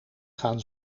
gaan